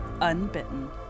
Unbitten